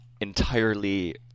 entirely